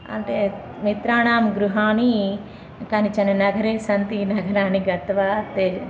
अन्ते मित्राणां गृहाणि कानिचन नगरे सन्ति नगराणि गत्वा ते